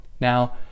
Now